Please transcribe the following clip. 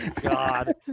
God